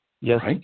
Yes